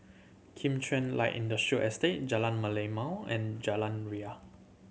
Kim Chuan Light Industrial Estate Jalan Merlimau and Jalan Ria